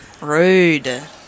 Rude